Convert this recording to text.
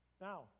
Now